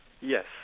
Yes